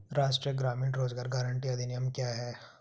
राष्ट्रीय ग्रामीण रोज़गार गारंटी अधिनियम क्या है?